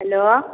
hello